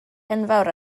enfawr